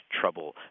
trouble